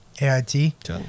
AIT